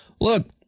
look